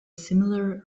similar